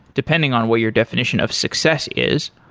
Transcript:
depending on what your definition of success is.